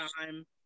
time